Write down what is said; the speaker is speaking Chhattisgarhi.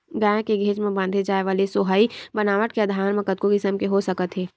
गाय के घेंच म बांधे जाय वाले सोहई बनावट के आधार म कतको किसम के हो सकत हे